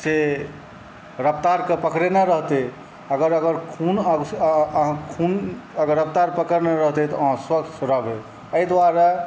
से रफतार के पकड़ेने रहतै अगर अगर खून खून अगर रफ्तार पकड़ने रहतै तँ अहाँ स्वस्थ रहबै एहि दुआरे